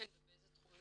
לאיזה מגזרים הם שייכים,